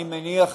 אני מניח,